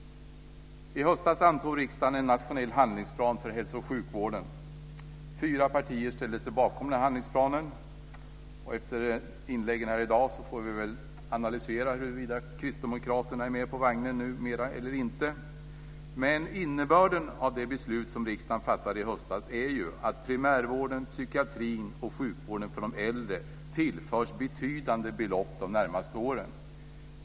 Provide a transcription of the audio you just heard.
I höstas antog riksdagen en nationell handlingsplan för hälso och sjukvården. Fyra partier ställde sig bakom denna handlingsplan. Efter inläggen här i dag får vi väl analysera huruvida kristdemokraterna numera är med på vagnen eller inte. Men innebörden av det beslut som riksdagen fattade i höstas är ju att primärvården, psykiatrin och sjukvården för de äldre tillförs betydande belopp de närmaste åren.